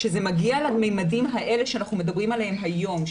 כשזה מגיע לממדים שאנחנו מדברים עליהם היום,